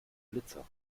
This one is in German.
blitzer